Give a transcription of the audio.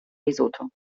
lesotho